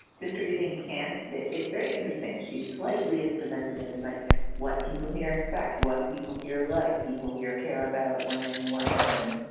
distributing can't. it's very interesting. she slightly is presenting it as like what people here expect. what people here, like people here care about one man and one woman.